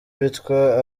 bitwa